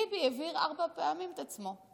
ביבי הבהיר ארבע פעמים את עצמו.